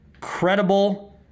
credible